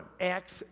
Acts